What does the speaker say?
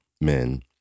men